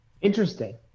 Interesting